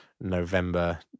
November